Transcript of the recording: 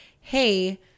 hey